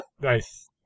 Nice